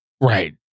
Right